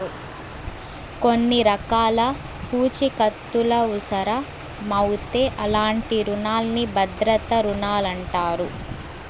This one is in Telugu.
కొన్ని రకాల పూఛీకత్తులవుసరమవుతే అలాంటి రునాల్ని భద్రతా రుణాలంటారు